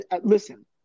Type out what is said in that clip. Listen